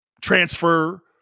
transfer